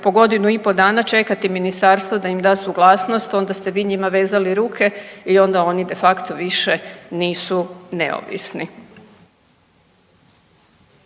po godinu i pol dana čekati ministarstvo da im da suglasnost onda ste vi njima vezali ruke i onda oni de facto više nisu neovisni.